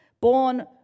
Born